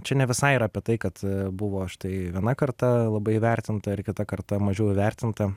čia ne visai yra apie tai kad buvo štai viena karta labai įvertinta ir kita karta mažiau įvertinta